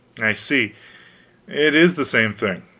i see it is the same thing.